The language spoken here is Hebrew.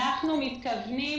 אנחנו מתכוונים